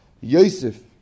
Yosef